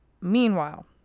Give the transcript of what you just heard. Meanwhile